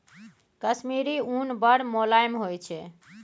कश्मीरी उन बड़ मोलायम होइ छै